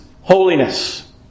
holiness